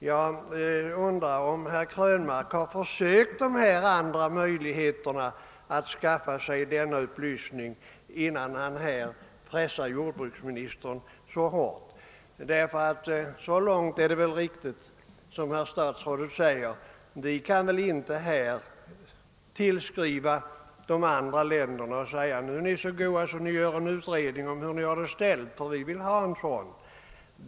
Jag undrar om herr Krönmark har prövat dessa möjligheter att skaffa sig upplysningar, innan han pressar jordbruksministern så hårt. Det är riktigt som statsrådet säger att vi här i Sverige inte kan tillskriva andra länder och anmoda dem att göra en utredning därför att vi vill ha vissa uppgifter.